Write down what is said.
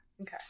Okay